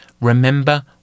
remember